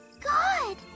God